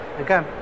okay